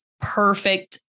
perfect